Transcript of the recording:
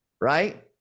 right